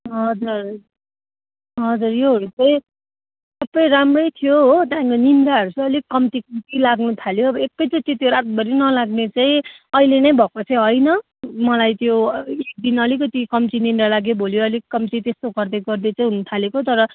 हजुर हजुर योहरू चाहिँ सब राम्रो थियो हो त्यहाँदेखिको निद्राहरू चाहिँ अलिक कम्ती कम्ती लाग्नु थाल्यो अब एक चोटि त्यो रातभरि नलाग्ने चाहिँ अहिले नै भएको चाहिँ होइन मलाई त्यो एक दिन अलिकति कम्ती निद्रा लाग्यो भोलि अलिक कम्ती त्यसो गर्दै गर्दै हुनु थालेको तर